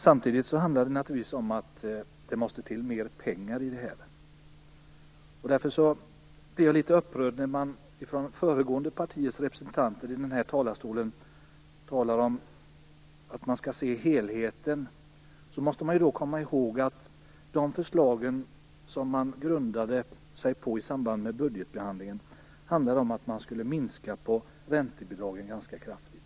Samtidigt handlar det naturligtvis om att det måste till mer pengar. Därför blir jag litet upprörd när föregående partiers representanter i denna talarstol talar om att se helheten. Men då måste man komma ihåg att de förslag de grundade sig på i budgetbehandlingen handlade om att minska räntebidragen ganska kraftigt.